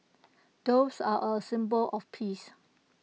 doves are A symbol of peace